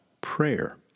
prayer